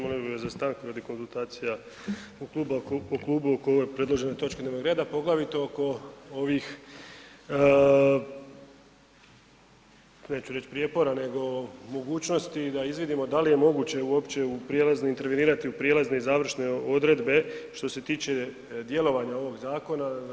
Molio bih vas za stanku radi konzultacija u klubu oko ove predložene točke dnevnog reda, poglavito oko ovih neću reći prijepora nego mogućnosti da izvidimo da li je moguće uopće u prijelazne, intervenirati u prijelazne i završne odredbe što se tiče djelovanja ovog zakona.